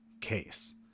case